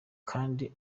kandi